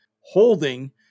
holding